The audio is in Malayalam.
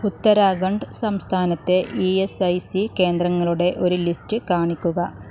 ഉത്തരാഖണ്ഡ് സംസ്ഥാനത്തെ ഇ എസ് ഐ സി കേന്ദ്രങ്ങളുടെ ഒരു ലിസ്റ്റ് കാണിക്കുക